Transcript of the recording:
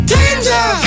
Danger